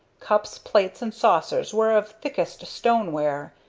cups, plates, and saucers were of thickest stone-ware,